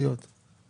לגבי השאלה שלך,